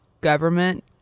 government